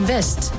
West